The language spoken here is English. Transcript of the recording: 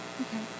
Okay